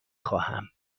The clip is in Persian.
خواهم